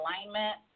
alignment